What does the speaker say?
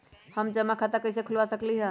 हम जमा खाता कइसे खुलवा सकली ह?